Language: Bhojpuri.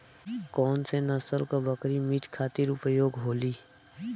कौन से नसल क बकरी मीट खातिर उपयोग होली?